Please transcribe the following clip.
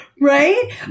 right